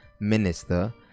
minister